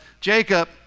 Jacob